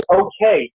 okay